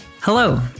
Hello